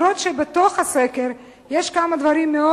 אפילו שבתוך הסקר יש כמה דברים מאוד